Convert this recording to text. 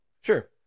Sure